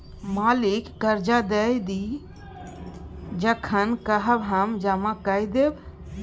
मालिक करजा दए दिअ जखन कहब हम जमा कए देब